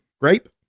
Grape